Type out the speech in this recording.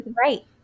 Right